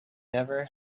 never